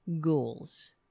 ghouls